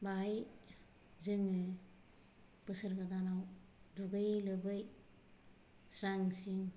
बाहाय जोङो बोसोर गोदानाव दुगैयै लोबै स्रां स्रिं